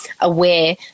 aware